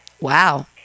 Wow